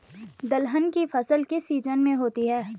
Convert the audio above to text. दलहन की फसल किस सीजन में होती है?